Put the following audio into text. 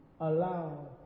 allow